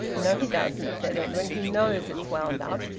no, he doesn't, said edwin. he knows it's wound up.